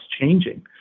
changing